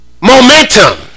Momentum